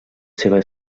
seva